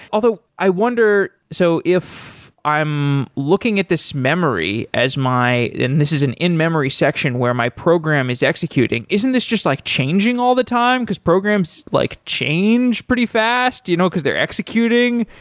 although i wonder, so if i'm looking at this memory as my and this is an in memory section where my program is executing, isn't this just like changing all the time? because programs like change pretty fast you know because they're executing.